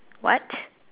what